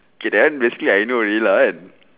okay that one basically I know already lah